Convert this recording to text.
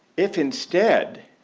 if instead